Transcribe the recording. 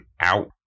out